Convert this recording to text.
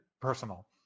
personal